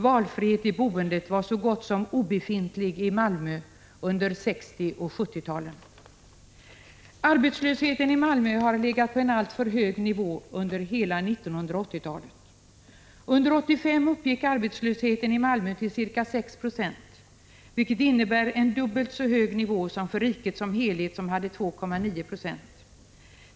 Valfrihet i boendet var så gott som obefintlig i Malmö under 1960 och 1970-talen. Arbetslösheten i Malmö har legat på en alltför hög nivå under hela 1980-talet. Under 1985 uppgick arbetslösheten i Malmö till ca 6 90, vilket innebär en dubbelt så hög nivå som för riket som helhet som hade 2,9 90.